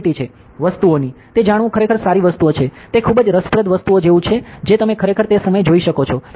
વસ્તુઓની તે જાણવું ખરેખર સારી વસ્તુઓ છે તે ખૂબ જ રસપ્રદ વસ્તુઓ જેવું છે જે તમે ખરેખર તે સમયે જોઈ શકો છો